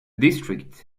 district